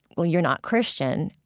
well, you're not christian.